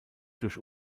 durch